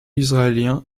israélien